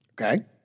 Okay